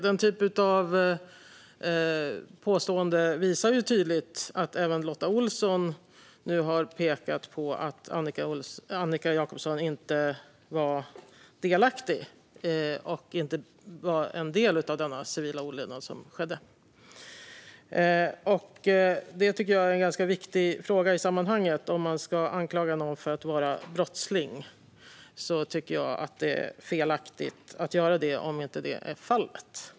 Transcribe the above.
Den typen av påstående visar ju tydligt att även Lotta Olsson nu har pekat på att Annika Jacobson inte var delaktig och en del av den civila olydnad som skedde. Jag tycker att det är felaktigt att anklaga någon för att vara brottsling om inte så är fallet.